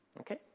Okay